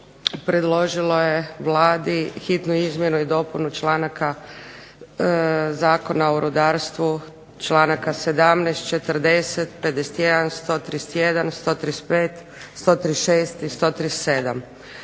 predložilo je Vladi hitnu izmjenu i dopunu članaka Zakona o rudarstvu, članaka 17., 40., 51., 131., 135., 136. i 137.